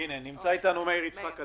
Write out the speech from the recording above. אנחנו ניתן קודם לראשי הערים לדבר,